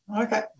Okay